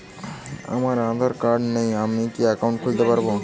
আমার আধার কার্ড নেই আমি কি একাউন্ট খুলতে পারব?